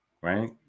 right